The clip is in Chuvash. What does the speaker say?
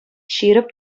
ҫирӗп